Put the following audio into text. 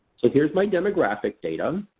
so, here's my demographic data.